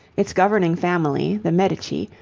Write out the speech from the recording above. its governing family, the medici,